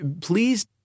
please